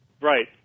right